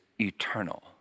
eternal